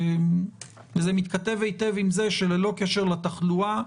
וזה מתכתב היטב עם זה שללא קשר לתחלואה,